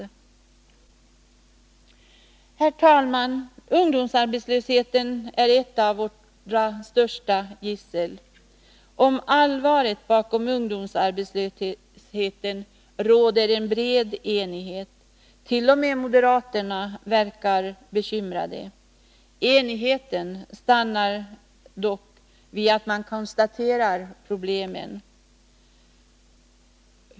Herr talman! Ungdomsarbetslösheten är ett av våra värsta gissel. Om allvaret bakom ungdomsarbetslösheten råder en bred enighet. T. o. m. moderaterna verkar bekymrade. Enigheten stannar dock vid att man konstaterar problemen.